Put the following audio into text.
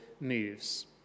moves